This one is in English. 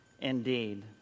Indeed